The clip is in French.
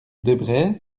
desbrest